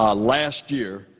ah last year,